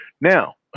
Now